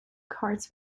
cards